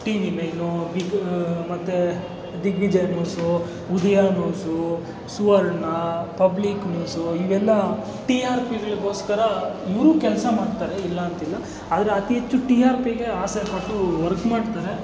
T V nine big ಮತ್ತೆ Digvijaya news Udaya news Suvarna public news ಇವೆಲ್ಲ T R ಪಿಗಳಿಗೋಸ್ಕರ ಇವರು ಕೆಲಸ ಮಾಡ್ತಾರೆ ಇಲ್ಲ ಅಂತಿಲ್ಲ ಆದರೆ ಅತಿ ಹೆಚ್ಚು ಟಿ ಆರ್ ಪಿಗೆ ಆಸೆಪಟ್ಟು ವರ್ಕ್ ಮಾಡ್ತಾರೆ